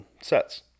sets